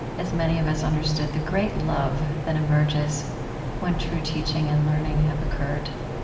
as many of us understood the great love that emerges when true teaching and learning have occurred.